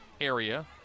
area